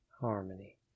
harmony